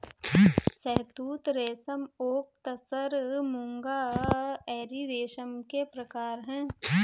शहतूत रेशम ओक तसर मूंगा एरी रेशम के प्रकार है